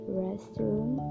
restroom